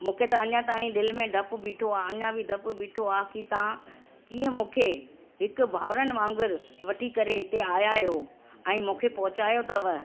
मूंखे त अञा ताईं दिलि में डपु ॿिठो आहे अञा बि डपु ॿिठो आहे की तव्हां कीअं मूंखे हिकु भाउरनि वांग़ुरु वठी करे हिते आयां आहियो ऐं मूंखे पहुचायो अथव